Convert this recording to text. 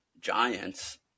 Giants